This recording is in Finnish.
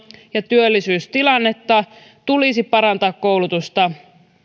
ja työllisyystilannetta tulisi parantaa koulutusta